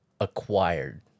Acquired